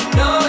no